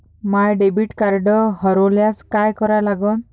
माय debit card हरोल्यास काय करा लागन?